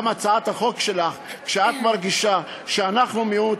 גם הצעת החוק שלך, שאת מרגישה שאנחנו מיעוט,